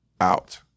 out